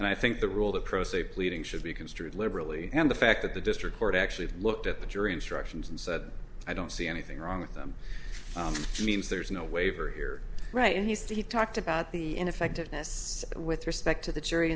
and i think the rule that pro se pleading should be construed liberally and the fact that the district court actually looked at the jury instructions and said i don't see anything wrong with them means there's no waiver here right and he talked about the ineffectiveness with respect to the jury